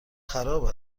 خراب